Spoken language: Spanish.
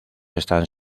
están